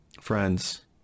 Friends